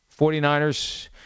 49ers